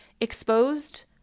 exposed